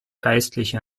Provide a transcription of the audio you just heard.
geistliche